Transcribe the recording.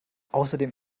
außerdem